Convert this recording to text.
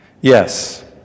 yes